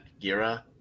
Gira